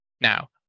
now